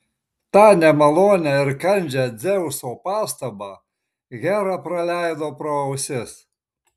tą nemalonią ir kandžią dzeuso pastabą hera praleido pro ausis